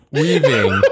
weaving